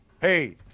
hey